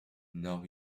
now